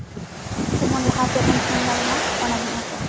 ᱡᱮᱢᱚᱱ ᱞᱟᱦᱟ ᱥᱮᱫ ᱵᱚᱱ ᱥᱮᱱ ᱫᱟᱲᱮᱭᱟᱜ ᱢᱟ ᱚᱱᱟᱜᱮᱧ ᱟᱥᱚᱜᱼᱟ